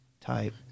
type